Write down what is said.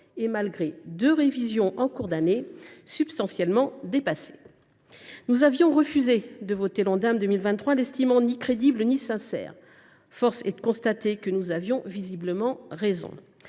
et malgré deux révisions en cours d’année, substantiellement dépassé. Nous avions refusé de voter l’Ondam 2023, ne l’estimant ni crédible ni sincère. Force est de constater que nous avions raison